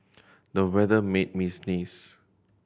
the weather made me sneeze